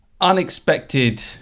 unexpected